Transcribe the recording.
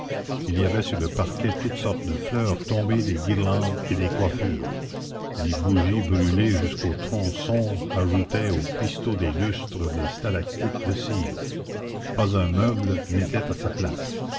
il y avait sur le parquet toutes sortes de fleurs tombées des guirlandes et des coiffures les bougies brûlées jusqu'au tronçon ajoutaient aux cristaux des lustres des stalactites de cire pas un meuble n'était à sa place